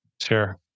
Sure